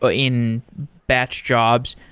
ah in batch jobs.